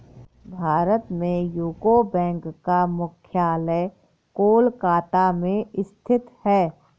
भारत में UCO bank का मुख्यालय कोलकाता में स्थित है